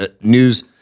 news